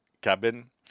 cabin